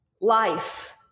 Life